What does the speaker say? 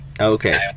Okay